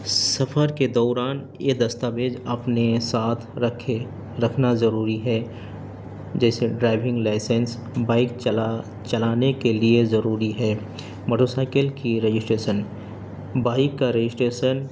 سفر کے دوران یہ دستاویز اپنے ساتھ رکھے رکھنا ضروری ہے جیسے ڈرائیونگ لائسنس بائک چلا چلانے کے لیے ضروری ہے موٹر سائیکل کی رجسٹریشن بائک کا رجسٹریشن